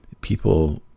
people